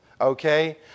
okay